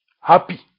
Happy